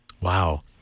Wow